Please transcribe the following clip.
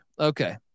Okay